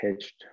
pitched